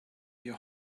your